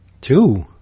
Two